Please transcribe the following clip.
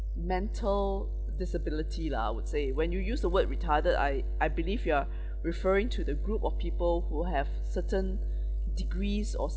mental disability lah I would say when you used the word retarded I I believe you are referring to the group of people who have certain degrees or